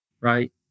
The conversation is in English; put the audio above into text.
right